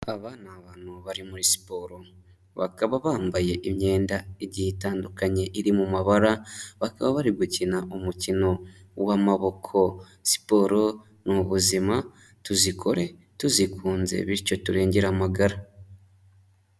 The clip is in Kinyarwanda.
Aba ni abantu bari muri siporo, bakaba bambaye imyenda igiye itandukanye iri mu mabara. Bakaba bari gukina umukino w'amaboko, siporo ni ubuzima tuzikore tuzikunze, bityo turengere amagara.